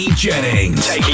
Jennings